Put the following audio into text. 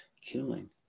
killing